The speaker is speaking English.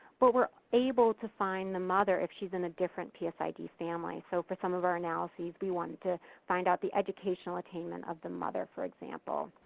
but were able to find the mother if shes in a different psid family. so for some of our analyses, we wanted to find out the educational attainment of the mother, for example.